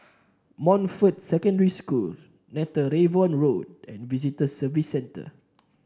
Montfort Secondary School Netheravon Road and Visitor Services Centre